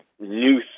new